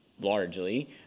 largely